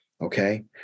okay